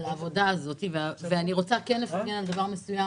אני רוצה לפרגן לשרה,